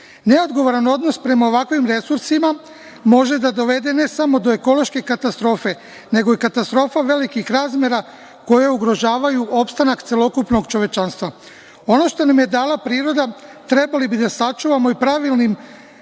Neodgovoran odnos prema ovakvim resursima može da dovede ne samo do ekološke katastrofe, nego do katastrofa velikih razmera koje ugrožavaju opstanak celokupnog čovečanstva. Ono što nam je dala priroda trebali bi da sačuvamo i pravilnim upravljanjem,